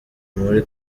muri